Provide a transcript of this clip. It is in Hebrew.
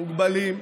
מוגבלים ונכים,